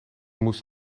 moest